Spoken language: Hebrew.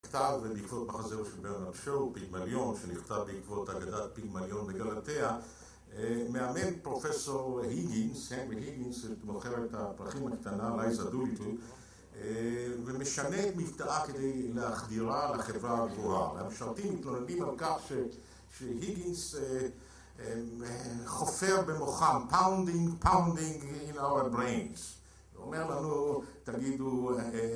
נכתב בעקבות בחזר של ברנב שואו, פיגמליון, שנכתב בעקבות אגדת פיגמליון בגלתיה, מאמן פרופסור היגינס, הנגמר היגינס, שמוכר את הפרחים הקטנה, ומשנה מבטאה כדי להחדירה לחברה הגבוהה. המשרתים מתלונגים על כך שהיגינס חופר במוחם, פאונדינג, פאונדינג, in our brains.